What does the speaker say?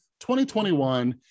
2021